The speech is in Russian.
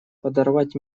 подорвать